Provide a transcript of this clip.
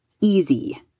easy